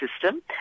system